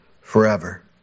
forever